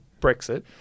Brexit